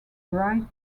bright